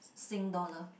sing dollar